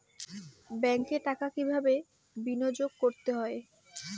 ব্যাংকে টাকা কিভাবে বিনোয়োগ করতে হয়?